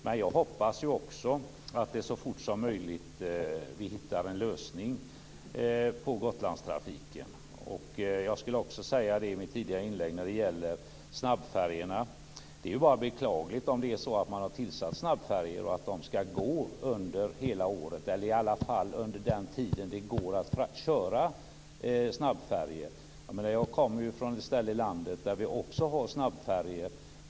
Men jag hoppas också att vi så fort som möjligt hittar en lösning på frågan om Gotlandstrafiken. Jag skulle i mitt tidigare inlägg ha sagt att när det gäller snabbfärjorna är det bara beklagligt om man har tillsatt snabbfärjor och de ska gå under hela året, eller i alla fall under den tid som det går att köra snabbfärjor. Jag kommer ju från ett ställe i landet där vi också har snabbfärjor.